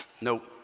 Nope